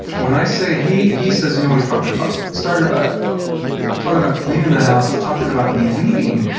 when i say he he says, you know we talked about, started about talking about cleaning the house to talking about me leaving,